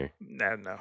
No